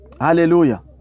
Hallelujah